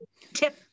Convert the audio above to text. Tip